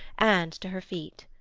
and to her feet.